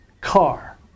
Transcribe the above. car